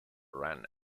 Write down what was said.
ran